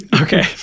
okay